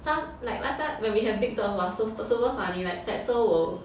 some like last time when we have big dogs hor sup~ super funny fatso will